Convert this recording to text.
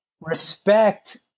Respect